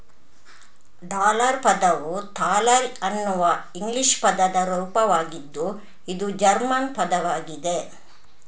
dollar ಪದವು thaler ಅನ್ನುವ English ಪದದ ರೂಪವಾಗಿದ್ದು ಇದು ಜರ್ಮನ್ ಪದವಾಗಿದೆ